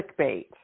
clickbait